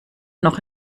noch